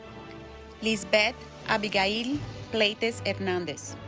lisbeth abigail pleitez hernandez